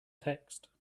text